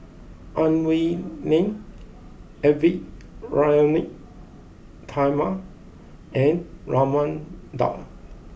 Ang Wei Neng Edwy Lyonet Talma and Raman Daud